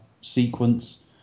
sequence